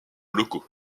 locaux